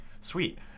Sweet